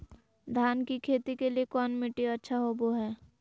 धान की खेती के लिए कौन मिट्टी अच्छा होबो है?